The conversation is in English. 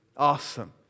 awesome